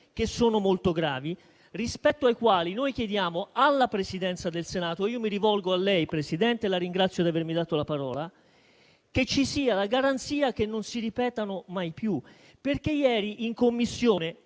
che sono molto gravi, rispetto ai quali noi chiediamo alla Presidenza del Senato - mi rivolgo a lei, Presidente, e la ringrazio di avermi dato la parola - che ci sia la garanzia che non si ripetano mai più. Ieri in Commissione